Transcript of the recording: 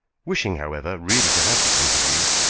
wishing, however, really to have this interview,